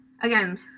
again